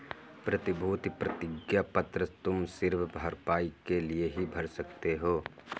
प्रतिभूति प्रतिज्ञा पत्र तुम सिर्फ भरपाई के लिए ही भर सकते हो